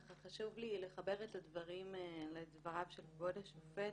חשוב לי לחבר את הדברים לדבריו של כבוד השופט